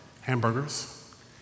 hamburgers